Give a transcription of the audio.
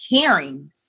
caring